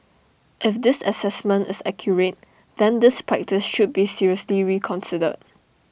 if this Assessment is accurate then this practice should be seriously reconsidered